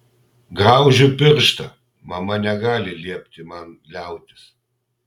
graužiu pirštą mama negali liepti man liautis